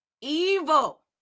evil